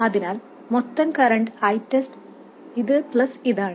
അതിനാൽ മൊത്തം current ITEST ഇത് പ്ലസ് ഇതാണ്